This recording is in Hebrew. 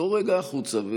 צאו רגע החוצה.